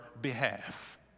behalf